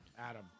Adam